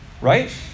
right